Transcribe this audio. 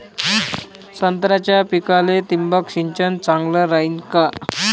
संत्र्याच्या पिकाले थिंबक सिंचन चांगलं रायीन का?